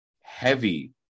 heavy